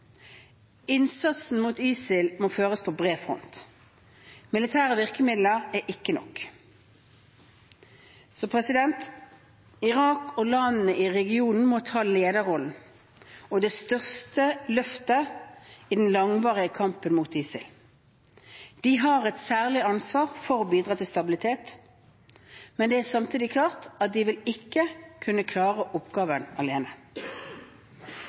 Innsatsen mot ISIL må føres på bred front. Militære virkemidler er ikke nok. Irak og landene i regionen må ta lederrollen og det største løftet i den langvarige kampen mot ISIL. De har et særlig ansvar for å bidra til stabilitet. Det er samtidig klart at de ikke vil kunne klare denne oppgaven alene.